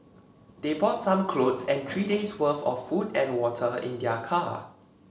they brought some clothes and three day's worth of food and water in their car